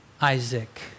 Isaac